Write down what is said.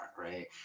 right